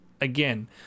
Again